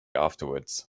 afterwards